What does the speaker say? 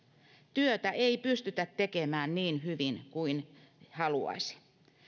työtä ei pystytä tekemään niin hyvin kuin haluaisi